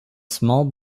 small